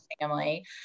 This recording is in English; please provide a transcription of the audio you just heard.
family